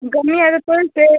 तेल से